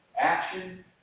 action